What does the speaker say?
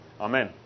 Amen